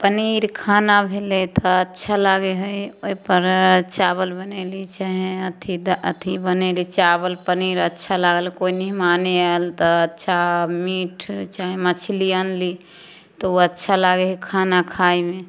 पनीर खाना भेलै तऽ अच्छा लागै हइ ओहि पर चाबल बनेली चाहे अथी अथी बनेली चाबल पनीर अच्छा लागल कोइ मेहमाने आयल तऽ अच्छा मीट चाहे मछली आनली तऽ ओ अच्छा लागै हइ खाना खाइमे